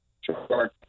sure